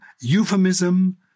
euphemism